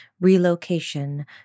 relocation